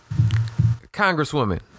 congresswoman